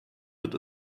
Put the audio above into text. wird